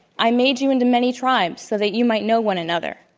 i made you into many tribes so that you might know one another.